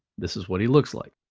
this is what he looks like.